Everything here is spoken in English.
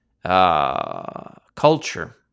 Culture